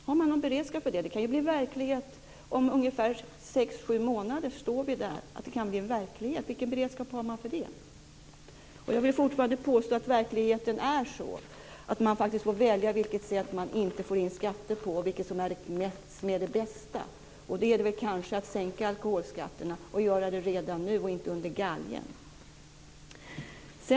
Har man någon beredskap för det? Det kan ju bli verklighet om sexsju månader. Då står vi där. Vilken beredskap har man för det? Jag vill fortfarande påstå att verkligheten är sådan att man faktiskt får välja vilket sätt man inte får in skatter på och vilket som är det bästa, och det är väl kanske att sänka alkoholskatterna och göra det redan nu och inte under galgen.